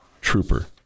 Trooper